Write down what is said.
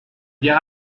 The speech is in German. wir